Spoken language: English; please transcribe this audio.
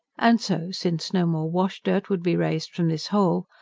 and so, since no more washdirt would be raised from this hole,